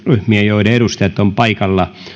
joiden edustajat ovat paikalla